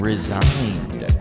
resigned